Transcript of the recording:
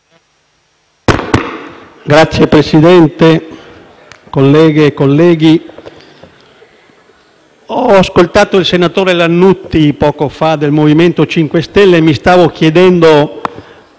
Signor Presidente, colleghe e colleghi, ho ascoltato poco fa il senatore Lannutti del MoVimento 5 Stelle e mi stavo chiedendo